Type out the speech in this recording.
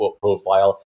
profile